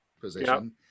position